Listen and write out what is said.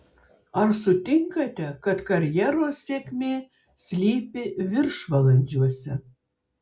ar sutinkate kad karjeros sėkmė slypi viršvalandžiuose